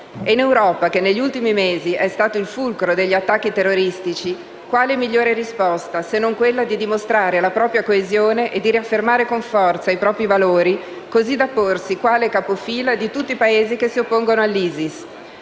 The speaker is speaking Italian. In Europa, che negli ultimi mesi è stato il fulcro degli attacchi terroristici, quale migliore risposta, se non quella di dimostrare la propria coesione e di riaffermare con forza i propri valori, così da porsi quale capofila di tutti Paesi che si oppongono all'ISIS?